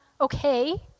okay